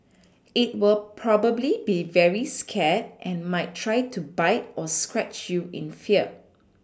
it will probably be very scared and might try to bite or scratch you in fear